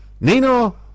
Nino